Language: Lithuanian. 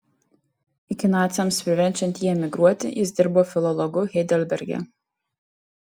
iki naciams priverčiant jį emigruoti jis dirbo filologu heidelberge